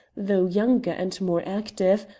though younger and more active,